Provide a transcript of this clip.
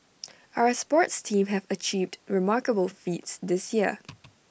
our sports teams have achieved remarkable feats this year